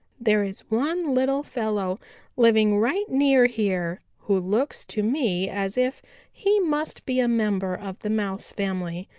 there is one little fellow living right near here who looks to me as if he must be a member of the mouse family,